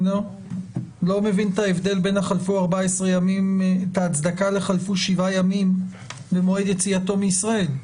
לא מבין את ההצדקה לחלפו שבעה ימים ממועד יציאתו מישראל.